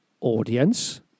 audience